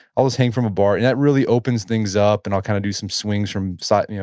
i'll just hang from a bar and that really opens things up and i'll kind of do some swings from side and yeah